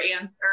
answer